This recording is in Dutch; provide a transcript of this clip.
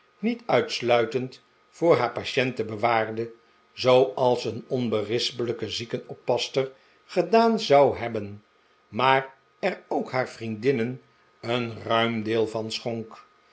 niet uitsluitend voor haar patienten bewaarde zooals een onberispelijke ziekenoppasster gedaan zou hebben maar er ook haar vriendinnen een ruim deel van schonk